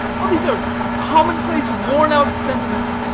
all these are commonplace, worn-out sentiments,